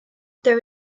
there